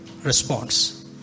response